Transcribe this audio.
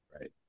Right